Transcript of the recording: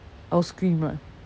I will scream [one]